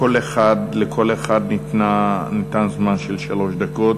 לכל אחד ניתן זמן של שלוש דקות.